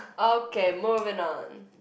okay moving on